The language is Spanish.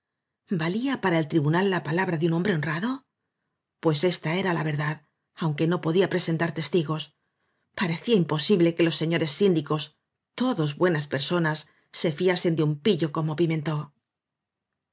valía para el tribunal la palabra de un hombre honrado pues esta era ja verdad aunque no podía presentar testigos parecía imposible que los señores síndicos todos buenas personas se fiasen de un pillo como